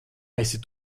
esi